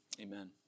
amen